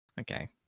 okay